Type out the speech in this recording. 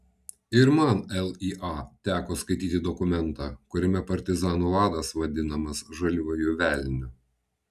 ir man lya teko skaityti dokumentą kuriame partizanų vadas vadinamas žaliuoju velniu